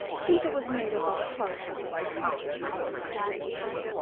since it was made of the heart of that creature you so much doated on.